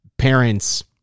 parents